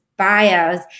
Bios